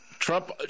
Trump